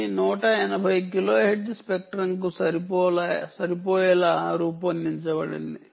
ఇది 180 కిలోహెర్ట్జ్ స్పెక్ట్రంకు సరిపోయేలా రూపొందించబడింది